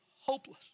hopeless